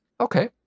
Okay